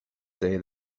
say